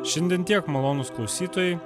šiandien tiek malonūs klausytojai